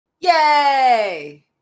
Yay